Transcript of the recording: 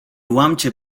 łamcie